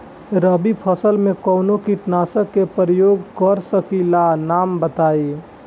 रबी फसल में कवनो कीटनाशक के परयोग कर सकी ला नाम बताईं?